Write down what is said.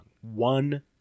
One